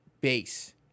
base